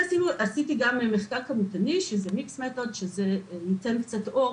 עשיתי גם מחקר כמותני שייתן קצת אור